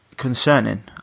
concerning